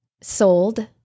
sold